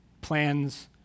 plans